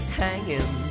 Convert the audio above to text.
hanging